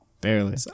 Barely